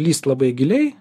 lįst labai giliai